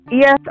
yes